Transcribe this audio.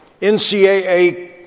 NCAA